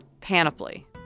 panoply